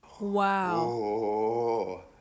wow